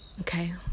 okay